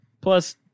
Plus